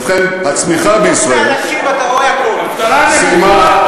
ובכן, הצמיחה בישראל סיימה,